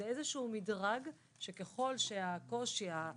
זה איזשהו מדרג שככל שהקושי, התרחיש,